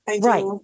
Right